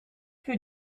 für